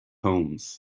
holmes